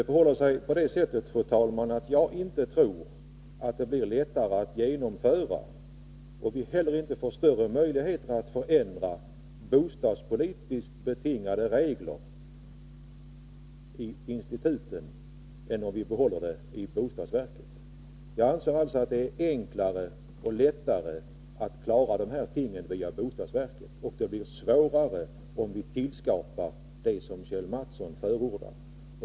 Fru talman! Jag tror inte att det blir lättare att genomföra, och att vi inte heller får större möjligheter att förändra, bostadspolitiskt betingade regler i instituten än om vi behåller det hela i bostadsverket. Jag anser alltså att det är enklare att klara det här genom bostadsverket och att det blir svårare om vi tillskapar det som Kjell Mattsson förordar.